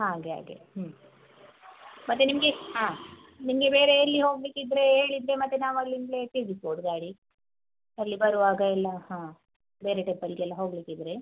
ಹಾಗೆ ಹಾಗೆ ಹ್ಞು ಮತ್ತು ನಿಮಗೆ ಹಾಂ ನಿಮಗೆ ಬೇರೆ ಎಲ್ಲಿ ಹೋಗಲಿಕ್ಕಿದ್ರೆ ಹೇಳಿದರೆ ಮತ್ತೆ ನಾವು ಅಲ್ಲಿಂದಲೇ ತಿರುಗಿಸ್ಬೌದು ಗಾಡಿ ಅಲ್ಲಿ ಬರುವಾಗ ಎಲ್ಲ ಹಾಂ ಬೇರೆ ಟೆಂಪಲ್ಲಿಗೆಲ್ಲ ಹೋಗಲಿಕ್ಕಿದ್ರೆ